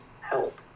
help